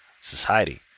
society